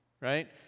Right